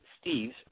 Steve's